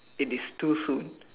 it is too soon